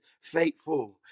faithful